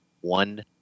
one